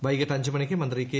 വൈകീട്ട് അഞ്ച് മണിക്ക് മന്ത്രി കെ